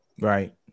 right